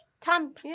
Tom